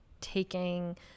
taking